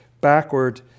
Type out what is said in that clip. backward